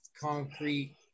concrete